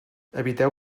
eviteu